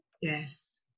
Yes